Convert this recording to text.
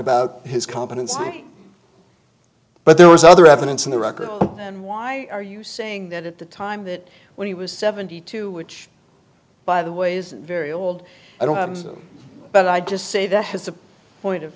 about his competence but there was other evidence in the record and why are you saying that at the time that when he was seventy two which by the way is very old i don't know but i'd just say that has a point of